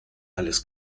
alles